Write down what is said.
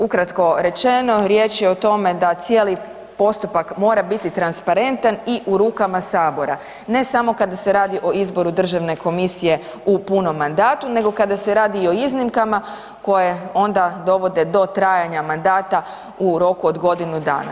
Ukratko rečeno, riječ o tome da cijeli postupak mora biti transparentan i u rukama Sabora, ne samo kada se radi o izboru Državne komisije u punom mandatu nego kada se radi o iznimkama koje onda dovode do trajanja mandata u roku od godinu dana.